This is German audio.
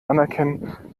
anerkennen